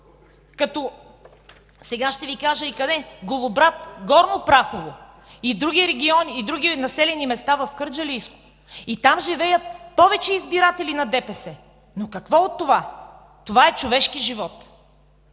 като сега ще Ви кажа и къде: Голобрад, Горно Прахово и други населени места в Кърджалийско. Там живеят повече избиратели на ДПС, но какво от това?! Това е човешки живот!